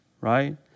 Right